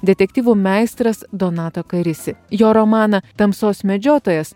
detektyvų meistras donato karisi jo romaną tamsos medžiotojas